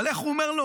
אבל איך הוא אומר?